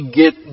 get